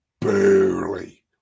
Barely